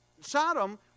Sodom